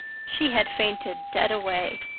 she had fainted dead away.